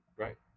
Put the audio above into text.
Right